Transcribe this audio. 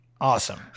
Awesome